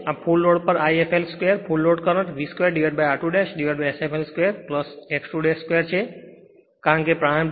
અને full load પર I fl 2 full load current V 2r2Sfl 2 x 2 2 છે